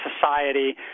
society